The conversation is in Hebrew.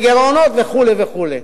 וגירעונות וכו' וכו'.